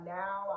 now